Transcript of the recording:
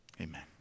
Amen